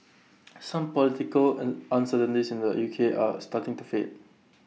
some political un uncertainties in the UK are starting to fade